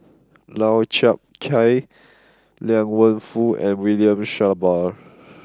Lau Chiap Khai Liang Wenfu and William Shellabear